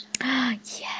Yes